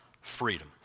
freedom